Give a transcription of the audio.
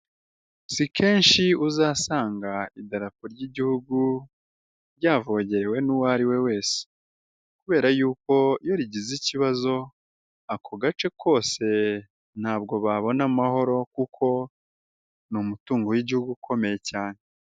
Si kenshi uzasanga idarapo ry'igihugu ryavogerewe n'uwo ariwe wese kubera yuko iyo rigize ikibazo ako gace kose ntabwo babona amahoro kuko ni umutungo w'igihugu ukomeye cyane.